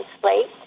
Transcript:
slate